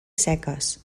seques